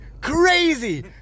crazy